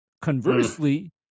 conversely